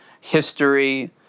history